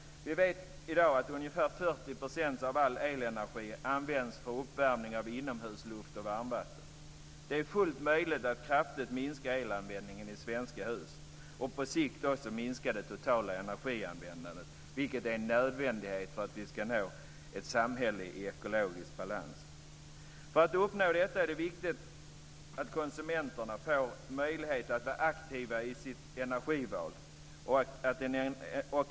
Vi vet i dag att ungefär 40 % av all elenergi används för uppvärmning av inomhusluft och varmvatten. Det är fullt möjligt att kraftigt minska elanvändningen i svenska hus och på sikt minska det totala energianvändandet, vilket är en nödvändighet för att nå ett samhälle i ekologisk balans. För att uppnå detta är det viktigt att konsumenterna får möjlighet att vara aktiva i sitt energival.